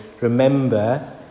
remember